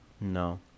No